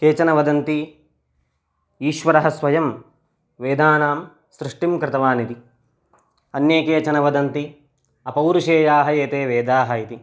केचन वदन्ति ईश्वरः स्वयं वेदानां सृष्टिं कृतवानिति अन्ये केचन वदन्ति अपौरुषेयाः एते वेदाः इति